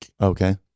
Okay